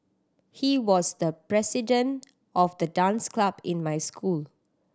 he was the president of the dance club in my school